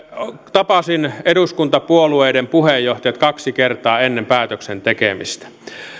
tapasin eduskuntapuolueiden puheenjohtajat kaksi kertaa ennen päätöksen tekemistä